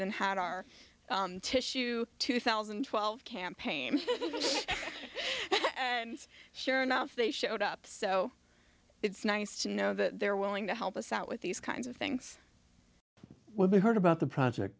and had our tissue two thousand and twelve campaign and sure enough they showed up so it's nice to know that they're willing to help us out with these kinds of things when they heard about the project